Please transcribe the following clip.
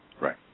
Right